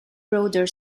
broader